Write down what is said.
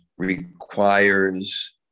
requires